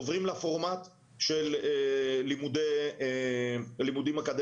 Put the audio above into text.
עוברים לפורמט של לימודים אקדמאים.